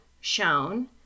shown